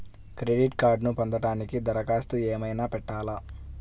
Credit కార్డ్ను పొందటానికి దరఖాస్తు ఏమయినా పెట్టాలా?